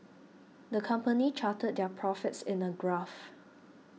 the company charted their profits in a graph